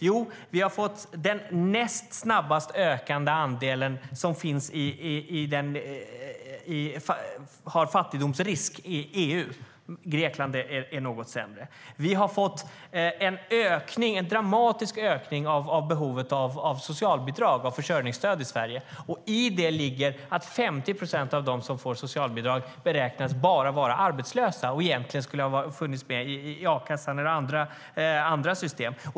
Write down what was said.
Jo, vi har fått den näst snabbast ökande andelen som har fattigdomsrisk i EU. Grekland är något sämre. Vi har fått en dramatisk ökning av behovet av socialbidrag, försörjningsstöd, i Sverige. I det ligger att 50 procent av dem som får socialbidrag beräknas bara vara arbetslösa och egentligen skulle ha funnits i a-kassan eller andra system.